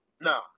Nah